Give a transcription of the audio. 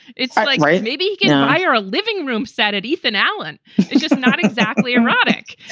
it's ah like like maybe you you know i are a living room set at ethan allen. it's just not exactly erotic.